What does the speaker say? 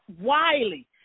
Wiley